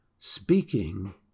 Speaking